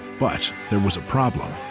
but there was a problem.